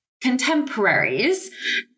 contemporaries